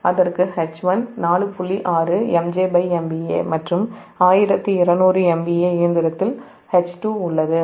6 MJ MVA மற்றும் 1200 MVA இயந்திரத்தில் H2 3 MJ உள்ளது